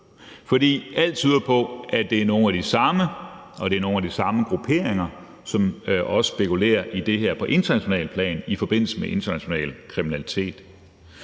For alt tyder på, at det er nogle af de samme, og at det er nogle af de samme grupperinger, som også spekulerer i det her på internationalt plan i forbindelse med international kriminalitet.